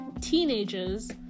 teenagers